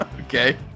Okay